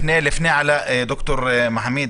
לפני עלא, ד"ר מחמיד,